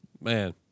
Man